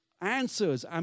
answers